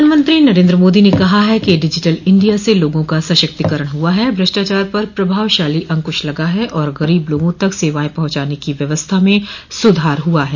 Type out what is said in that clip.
प्रधानमंत्री नरेन्द्र मोदी ने कहा है कि डिजिटल इंडिया से लोगों का सशक्तिकरण हुआ है भ्रष्टाचार पर प्रभावशाली अंकुश लगा है और गरीब लोगों तक सेवाएं पहुंचाने की व्यवस्था में सुधार हुआ है